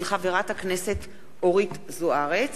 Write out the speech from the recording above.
מאת חברת הכנסת אורית זוארץ,